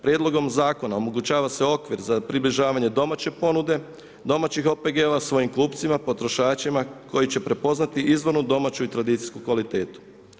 Prijedlogom zakona omogućava se okvir za približavanje domaće ponude, domaćih OPG-ova svojim kupcima, potrošačima koji će prepoznati izvornu domaću i tradicijsku kvalitetu.